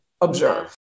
observe